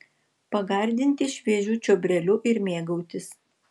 pagardinti šviežiu čiobreliu ir mėgautis